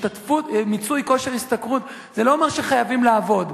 מיצוי כושר השתכרות זה לא אומר שחייבים לעבוד,